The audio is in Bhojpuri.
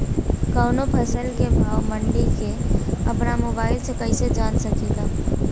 कवनो फसल के भाव मंडी के अपना मोबाइल से कइसे जान सकीला?